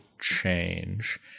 change